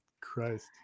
Christ